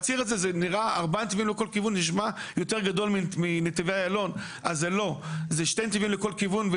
והציר הזה נשמע ארבעה נתיבים לכל כיוון נשמע יותר גדול מנתיבי איילון,